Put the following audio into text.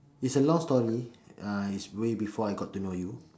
it's a long story uh it's way before I got to know you